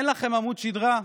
אין לכם עמוד שדרה?